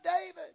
David